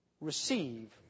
receive